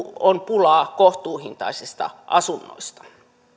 on pulaa kohtuuhintaisista asunnoista